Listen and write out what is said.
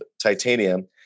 titanium